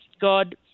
God